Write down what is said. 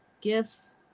gifts